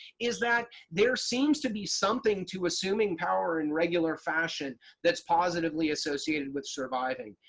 is that there seems to be something to assuming power in regular fashion that's positively associated with surviving.